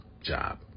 job